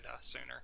sooner